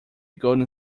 golden